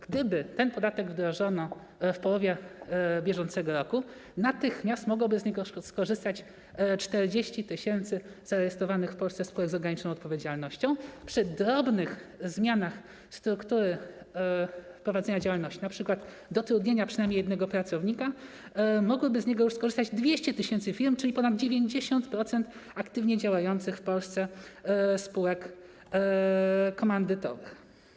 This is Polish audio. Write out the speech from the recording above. Gdyby ten podatek wdrożono w połowie bieżącego roku, natychmiast mogłoby z niego skorzystać 40 tys. zarejestrowanych w Polsce spółek z ograniczoną odpowiedzialnością, przy drobnych zmianach struktury prowadzenia działalności np., zatrudnieniu przynajmniej jednego pracownika, mogłoby z niego skorzystać 200 tys. firm, czyli ponad 90% aktywnie działających w Polsce spółek komandytowych.